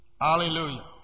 Hallelujah